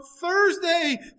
Thursday